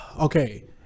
Okay